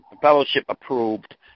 fellowship-approved